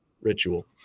ritual